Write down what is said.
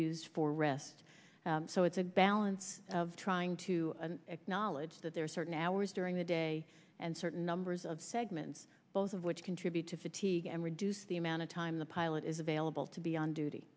used for rest so it's a balance of trying to acknowledge that there are certain hours during the day and certain numbers of segments both of which contribute to fatigue and reduce the amount of time the pilot is available to be on duty